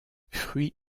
fruits